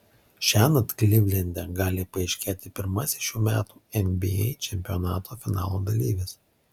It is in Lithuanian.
šiąnakt klivlende gali paaiškėti pirmasis šių metų nba čempionato finalo dalyvis